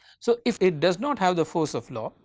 so, if it does not have the force of law